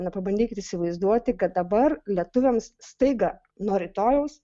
na pabandykit įsivaizduoti kad dabar lietuviams staiga nuo rytojaus